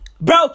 Bro